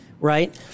Right